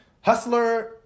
hustler